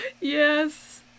Yes